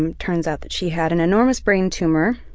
and turns out that she had an enormous brain tumor